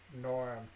Norm